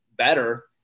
better